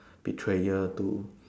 betrayer to